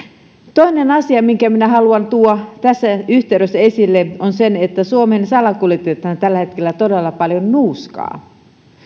toinen asia minkä minä haluan tuoda tässä yhteydessä esille on se että suomeen salakuljetetaan tällä hetkellä todella paljon nuuskaa